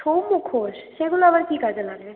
ছৌ মুখোশ সেগুলো আবার কী কাজে লাগে